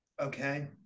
Okay